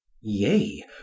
yea